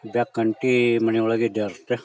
ಬೆಕ್ಕಂತೀ ಮನೆಯೊಳಗೆ ಇದ್ದೇ ಇರುತ್ತೆ